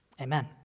amen